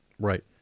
Right